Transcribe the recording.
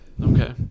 okay